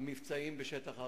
המבצעיים בשטח הר-הבית.